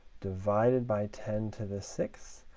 divided by ten to the sixth,